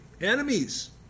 Enemies